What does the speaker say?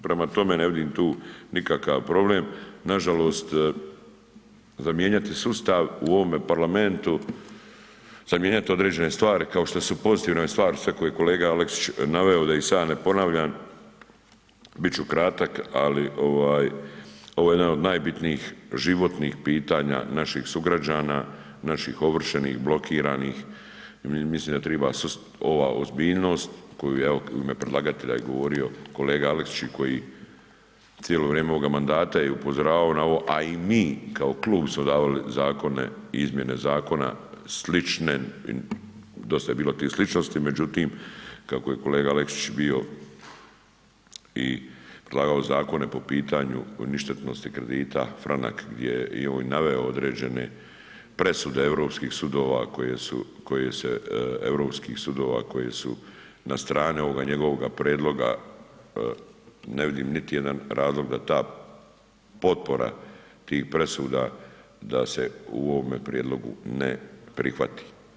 Prema tome, ne vidim tu nikakav problem, nažalost za mijenjati sustav u ovome parlamentu, za mijenjat određene stvari kao što su pozitivne stvari sve koje je kolega Aleksić naveo, da ih sad ne ponavljam, bit ću kratak, ali ovo je jedan od najbitnijih životnih pitanja naših sugrađana, naših ovršenih, blokiranih i mislim da triba ova ozbiljnost koju evo u ime predlagatelja je govorio kolega Aleksić i koji cijelo vrijeme ovoga mandata je upozoravao na ovo, a i mi kao klub smo davali zakone, izmjene zakona slične, dosta je bilo tih sličnosti, međutim, kako je kolega Aleksić bio i predlagao zakone po pitanju ništetnosti kredita CHF, gdje je i on naveo određene presude europskih sudova koje su na strani ovoga njegovoga prijedloga, ne vidim niti jedan razlog da ta potpora tih presuda da se u ovome prijedlogu ne prihvati.